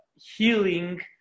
healing